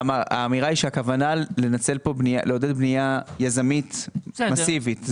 האמירה היא שהכוונה לעודד בנייה יזמית מסיבית.